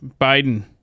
Biden